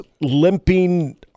limping